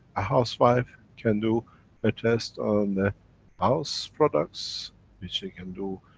a housewife can do a test on a house products which they can do